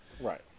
Right